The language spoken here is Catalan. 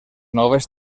noves